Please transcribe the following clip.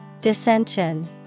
Dissension